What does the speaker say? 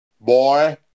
boy